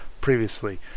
previously